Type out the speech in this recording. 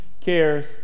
cares